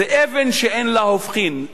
זה אבן שאין לה הופכין.